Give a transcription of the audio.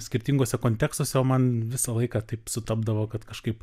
skirtinguose kontekstuose o man visą laiką taip sutapdavo kad kažkaip